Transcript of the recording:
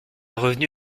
revenu